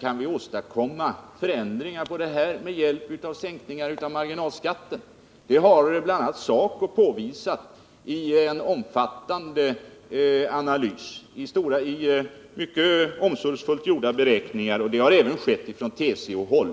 kan vi åstadkomma förändringar på detta område med hjälp av sänkningar av marginalskatten. Det har bl.a. SACO påvisat i en omfattande analys med mycket omsorgsfullt gjorda beräkningar, och det har även skett från TCO-håll.